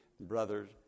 brothers